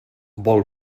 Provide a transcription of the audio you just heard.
vol